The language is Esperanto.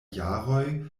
jaroj